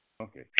Okay